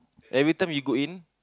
every time you go in